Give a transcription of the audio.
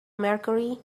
mercury